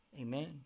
Amen